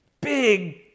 big